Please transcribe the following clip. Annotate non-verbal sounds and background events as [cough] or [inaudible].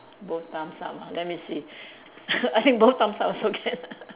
both thumbs up ah let me see [laughs] I think both thumbs up also can [laughs]